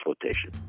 flotation